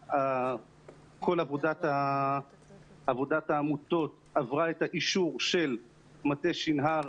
כל עבודת העמותות עברה את האישור של מטה שנהר.